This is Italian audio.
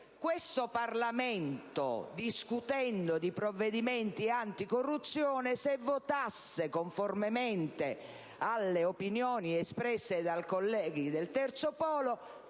questo Parlamento, discutendo di provvedimenti anticorruzione, se votasse conformemente alle opinioni espresse dai colleghi del Terzo polo,